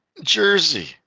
jersey